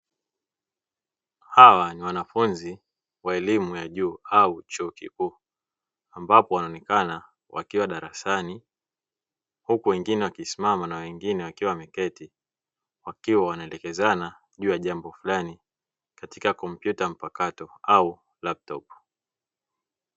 Hawa ni wanafunzi wa elimu ya juu au chuo kikuu ambapo wanaonekana wakiwa darasani, huku wengine wakisimama na wengine wakiwa wameketi wakiwa wanaelekezana juu ya jambo fulani katika kompyuta mpakato au laputopu.